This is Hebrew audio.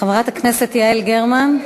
חברת הכנסת יעל גרמן,